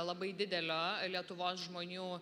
labai didelio lietuvos žmonių